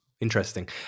Interesting